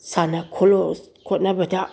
ꯁꯥꯟꯅ ꯈꯣꯠꯅꯕꯗ